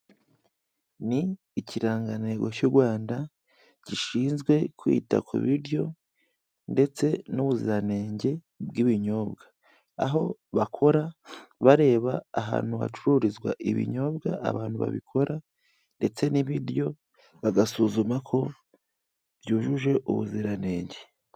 Ni ikirangantego cy'u Rwanda, gishinzwe kwita ku biryo ndetse n'ubuziranenge bw'ibinyobwa, aho bakora bareba ahantu hacururizwa ibinyobwa abantu babikora ndetse n'ibiryo bagasuzuma ko byujuje ubuziranenge.